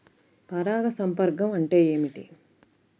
పరాగ సంపర్కం అంటే ఏమిటి?